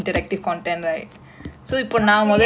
not they I put you